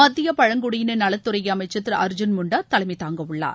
மத்திய பழங்குடியின நலத்துறை அமைச்சர் திரு அர்ஜூன் முன்டா தலைமை தாங்க உள்ளார்